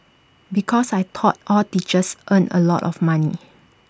because I thought all teachers earned A lot of money